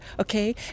okay